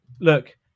look